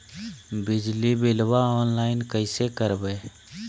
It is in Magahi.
बिजली बिलाबा ऑनलाइन कैसे करबै?